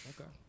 Okay